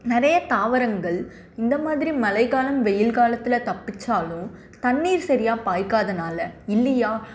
நிறைய தாவரங்கள் இந்த மாதிரி மழை காலம் வெயில் காலத்தில் தப்பித்தாலும் தண்ணி சரியாக பாய்க்காதனால் இல்லையா